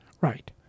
Right